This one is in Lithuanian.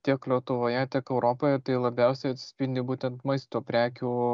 tiek lietuvoje tiek europoje tai labiausiai atsispindi būtent maisto prekių